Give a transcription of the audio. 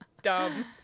dumb